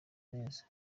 neza